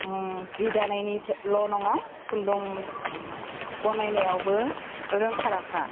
जि दानायनिल' नङा खुन्दुं बनायनायावबो रोंखा राखा